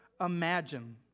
imagine